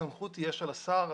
הסמכות תהיה של השר.